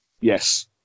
Yes